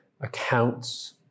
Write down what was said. accounts